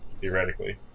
theoretically